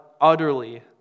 utterly